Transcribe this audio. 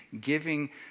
giving